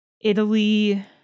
Italy